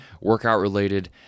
workout-related